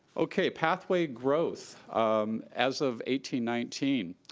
okay, pathway growth um as of eighteen nineteen.